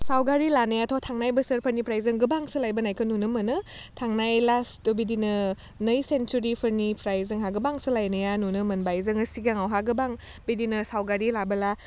सावगारि लानायाथ' थांनाय बोसोरफोरनिफ्राय जों गोबां सोलायबोनायखौ नुनो मोनो थांनाय लास्टथ' बिदिनो नै सेनचुरिफोरनिफ्राय जोंहा गोबां सोलायनाया नुनो मोनबाय जोङो सिगाङावहा गोबां बिदिनो सावगारि लाबोला